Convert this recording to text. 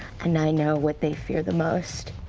and i know what they fear the most.